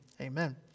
Amen